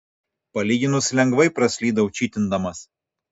palyginus lengvai praslydau čytindamas